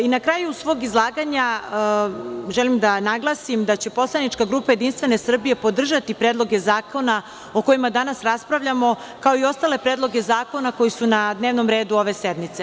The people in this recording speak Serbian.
Na kraju svoj izlaganja želim da naglasim da će poslanička grupa JS podržati predloge zakona o kojima danas raspravljamo, kao i ostale predloge zakona koji su na dnevnom redu ove sednice.